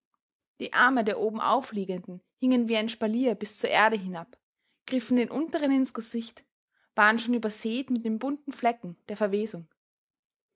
die arme der obenaufliegenden hingen wie ein spalier bis zur erde hinab griffen den unteren ins gesicht waren schon übersät mit den bunten flecken der verwesung